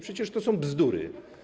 Przecież to są bzdury.